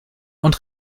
und